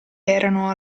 erano